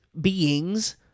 beings